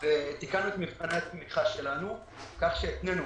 תיקנו את מבחני התמיכה שלנו כך שהתנינו